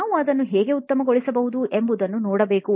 ನಾವು ಅದನ್ನು ಹೇಗೆ ಉತ್ತಮಗೊಳಿಸಬಹುದು ಎಂಬುದನ್ನು ನೋಡಬೇಕು